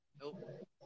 Nope